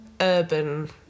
urban